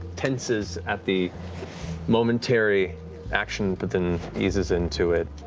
tenses at the momentary action, but then eases into it.